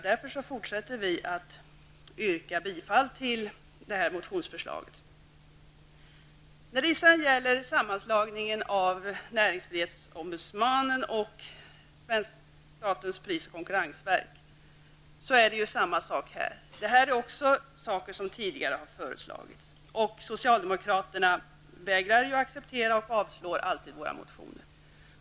Därför vidhåller vi framställda motionsförslag, som vi alltså yrkar bifall till. Också när det gäller sammanslagningen av NO och SPK handlar det om förslag som har framställts tidigare. Socialdemokraterna vägrar att acceptera våra förslag. De avslår alltid våra motioner.